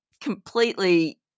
completely